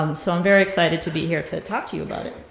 um so i'm very excited to be here to talk to you about it.